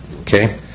Okay